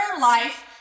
life